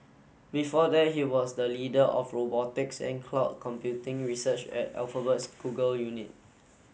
before that he was the leader of robotics and cloud computing research at Alphabet's Google unit